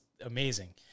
amazing